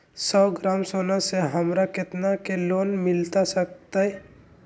सौ ग्राम सोना से हमरा कितना के लोन मिलता सकतैय?